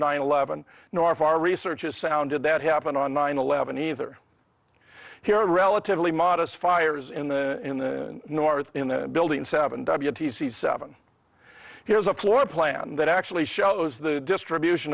nine eleven nor far research is sounded that happened on nine eleven either here relatively modest fires in the in the north in the building seven seven here is a floor plan that actually shows the distribution